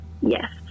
Yes